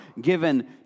given